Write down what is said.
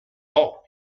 all